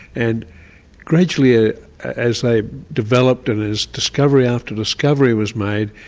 and gradually ah as they developed and as discovery after discovery was made,